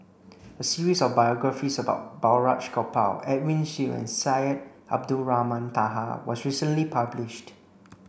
a series of biographies about Balraj Gopal Edwin Siew and Syed Abdulrahman Taha was recently published